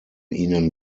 ihnen